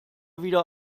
wieder